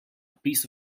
piece